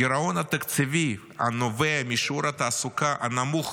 הגירעון התקציבי הנובע משיעור התעסוקה הנמוך